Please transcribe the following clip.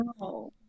no